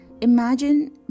Imagine